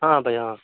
ହଁ ଭାଇ ହଁ